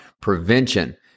prevention